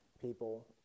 people